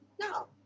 no